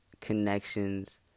connections